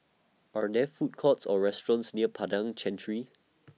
Are There Food Courts Or restaurants near Padang Chancery